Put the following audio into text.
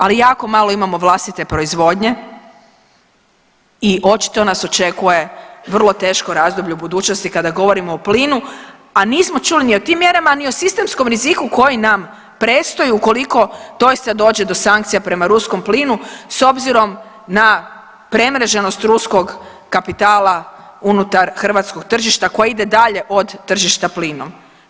Ali jako malo imamo vlastite proizvodnje i očito nas očekuje vrlo teško razdoblje u budućnosti kada govorimo o plinu, a nismo čuli ni o tim mjerama, a ni o sistemskom riziku koji nam predstoji ukoliko doista dođe do sankcija prema ruskom plinu s obzirom na premreženost ruskog kapitala unutar hrvatskog tržišta koje ide dalje od tržišta plinom.